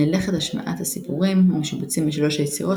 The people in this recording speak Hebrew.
מלאכת השמעת הסיפורים המשובצים בשלוש היצירות